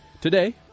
today